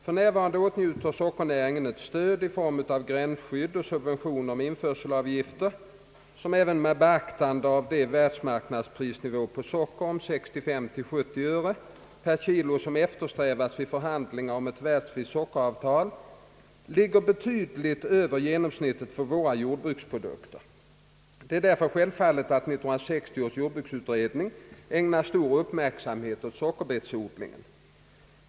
F. n. åtnjuter sockernäringen ett stöd i form av gränsskydd och subvention med införselavgifter som — även med beaktande av den världsmarknadsprisnivå på socker om 65—70 öre per kilo som eftersträvades vid förhandlingarna om ett världsvitt sockeravtal — ligger betydligt över genomsnittet för våra jordbruksprodukter. Det är självfallet att 1960 års jordbruksutredning ägnade stor uppmärksamhet åt sockerbetsodlingen.